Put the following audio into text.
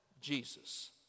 Jesus